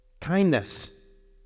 kindness